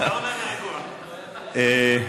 אדוני.